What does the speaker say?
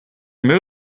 müll